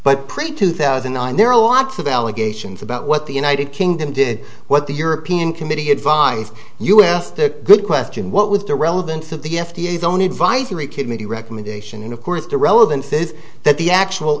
but pretty two thousand and there are a lot of allegations about what the united kingdom did what the european committee advised us the good question what was the relevance of the f d a zone advisory committee recommendation and of course the relevance is that the actual